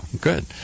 good